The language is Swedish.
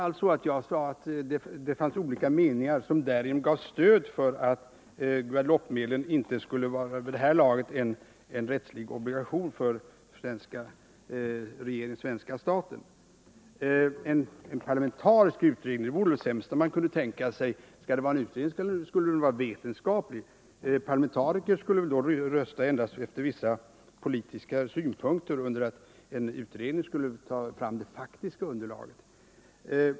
Jag sade inte alls att det där fanns olika meningar som gav stöd för uppfattningen att Guadeloupemedlen vid det här laget inte skulle vara en rättslig obligation för den svenska staten. En parlamentarisk utredning vore det sämsta man kunde tänka sig. Skall det vara en utredning skall den väl vara vetenskaplig. Parlamentariker skulle väl rösta endast efter vissa politiska synpunkter, under det att en vetenskaplig utredning skulle ta fram det faktiska underlaget.